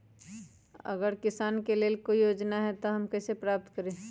अगर किसान के लेल कोई योजना है त हम कईसे प्राप्त करी?